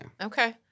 okay